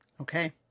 Okay